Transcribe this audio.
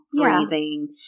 freezing